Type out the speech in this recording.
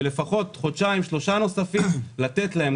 לפחות חודשיים-שלושה נוספים לתת להם,